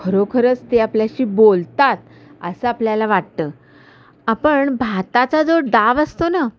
खरोखरच ते आपल्याशी बोलतात असं आपल्याला वाटतं आपण भाताचा जो डाव असतो ना